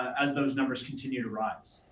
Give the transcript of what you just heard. as those numbers continue to rise.